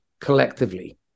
collectively